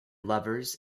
lovers